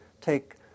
take